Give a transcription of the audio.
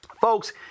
Folks